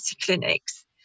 clinics